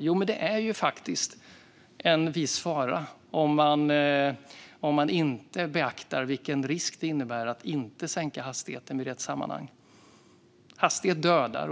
Men det är en viss fara om man inte beaktar vilken risk det innebär att inte sänka hastigheten i rätt sammanhang. Hastighet dödar.